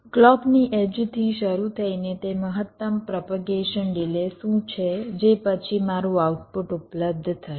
ક્લૉકની એડ્જથી શરૂ થઇને એ મહત્તમ પ્રોપેગેશન ડિલે શું છે જે પછી મારું આઉટપુટ ઉપલબ્ધ થશે